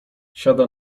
siada